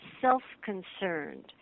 self-concerned